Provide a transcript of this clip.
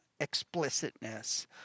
explicitness